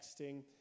texting